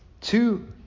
Two